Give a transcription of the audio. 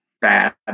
bad